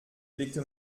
blickte